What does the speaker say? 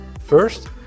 first